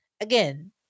again